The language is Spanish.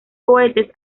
cohetes